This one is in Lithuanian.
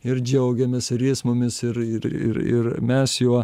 ir džiaugiamės ir jis mumis ir ir ir ir mes juo